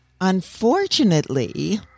Unfortunately